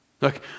Look